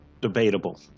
debatable